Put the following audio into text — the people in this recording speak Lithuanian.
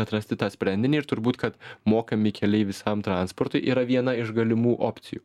atrasti tą sprendinį ir turbūt kad mokami keliai visam transportui yra viena iš galimų opcijų